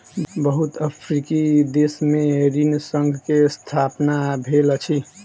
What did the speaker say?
बहुत अफ्रीकी देश में ऋण संघ के स्थापना भेल अछि